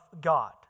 God